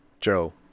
Joe